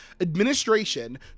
administration